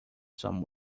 some